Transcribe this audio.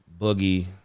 Boogie